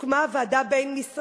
הוקמה ועדה בין-משרדית,